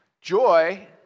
Joy